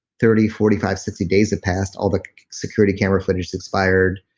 thirty, forty five, sixty days have passed. all the security camera footage expired.